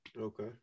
Okay